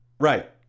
Right